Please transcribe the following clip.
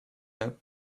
out